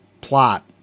plot